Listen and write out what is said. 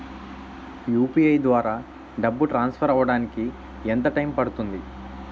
UPI ద్వారా డబ్బు transfer అవ్వడానికి ఎంత టైం పడుతుంది?